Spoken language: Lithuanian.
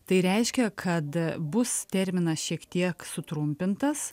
tai reiškia kad bus terminas šiek tiek sutrumpintas